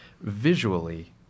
visually